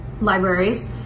libraries